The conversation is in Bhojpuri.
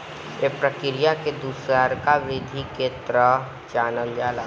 ए प्रक्रिया के दुसरका वृद्धि के तरह जानल जाला